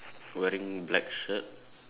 wearing black shirt